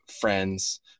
friends